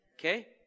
Okay